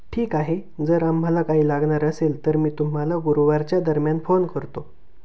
ठीक आहे जर आम्हाला काही लागणार असेल तर मी तुम्हाला गुरुवारच्या दरम्यान फोन करतो